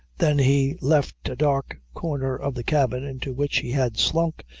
than he left a dark corner of the cabin, into which he had slunk,